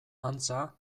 antza